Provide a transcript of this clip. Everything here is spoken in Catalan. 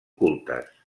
cultes